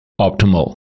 optimal